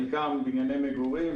חלקם בנייני מגורים,